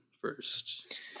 first